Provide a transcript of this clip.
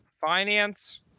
Finance